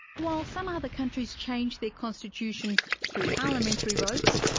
while some other countries change their constitution through parliamentary votes,